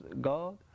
God